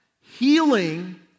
Healing